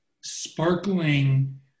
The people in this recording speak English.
sparkling